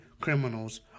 criminals